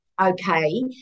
Okay